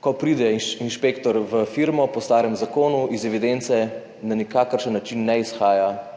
Ko pride inšpektor v firmo po starem zakonu, iz evidence na nikakršen način ne izhaja